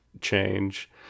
change